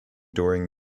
during